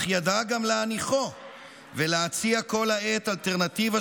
אך ידע גם להניחו ולהציע כל העת אלטרנטיבה